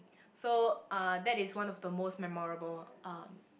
so uh that is one of the most memorable um